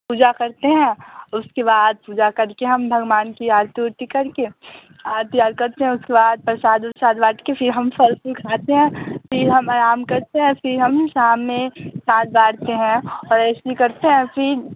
पूजा करते हैं उसके बाद पूजा करके भगवान की आरती उरती करके आरती आर करते हैं उसके बाद परसाद उरसाद बाँट के फिर हम फल फुल खाते हैं फिर हम आराम करते हैं फिर हम शाम में शाम बारते हैं और रेशमी करते हैं फिर